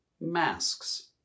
masks